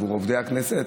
עבור עובדי הכנסת,